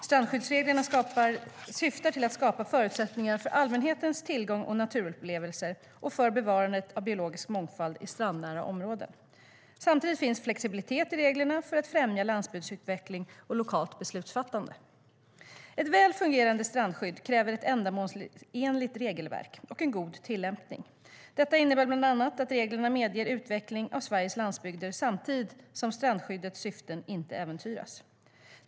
Strandskyddsreglerna syftar till att skapa förutsättningar för allmänhetens tillgång till naturupplevelser och för bevarandet av biologisk mångfald i strandnära områden. Samtidigt finns flexibilitet i reglerna för att främja landsbygdsutveckling och lokalt beslutsfattande. Ett väl fungerande strandskydd kräver ett ändamålsenligt regelverk och en god tillämpning. Detta innebär bland annat att reglerna medger utveckling av Sveriges landsbygder samtidigt som strandskyddets syften inte äventyras.